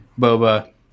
Boba